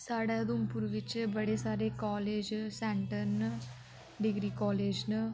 साढ़े उधमपुर बिच्च बड़े सारे कालेज सैंटर न डिग्री कालेज न